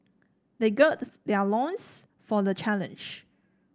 they gird their loins for the challenge